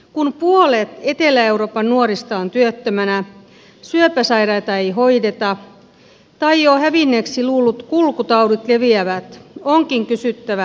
kun puolet etelä euroopan nuorista on työttömänä syöpäsairaita ei hoideta tai jo hävinneeksi luullut kulkutaudit leviävät onkin kysyttävä